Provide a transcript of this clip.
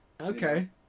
Okay